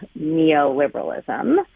neoliberalism